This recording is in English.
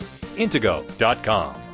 intego.com